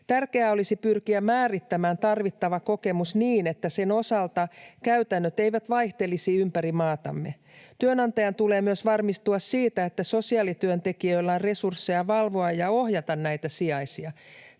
Tärkeää olisi pyrkiä määrittämään tarvittava kokemus niin, että sen osalta käytännöt eivät vaihtelisi ympäri maatamme. Työnantajan tulee myös varmistua siitä, että sosiaalityöntekijöillä on resursseja valvoa ja ohjata näitä sijaisia.